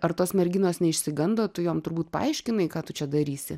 ar tos merginos neišsigando tu jom turbūt paaiškinai ką tu čia darysi